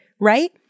right